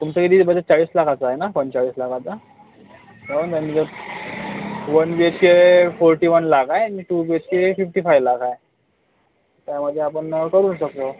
तुमचं किती बजेट चाळीस लाखाचा आहे ना पंचेचाळीस लाखाचा तर होऊन जाईल one B H K forty one lakh आहे नि two B H K fifty five lakh आहे त्यामधे आपण करू शकतो